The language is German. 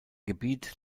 gebiet